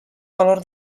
valor